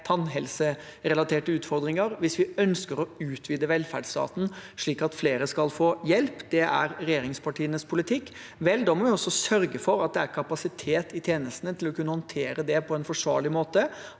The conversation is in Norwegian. tannhelserelaterte utfordringer, og hvis vi ønsker å utvide velferdsstaten slik at flere skal få hjelp – det er regjeringspartienes politikk – må vi også sørge for at det er kapasitet i tjenestene til å kunne håndtere det på en forsvarlig måte,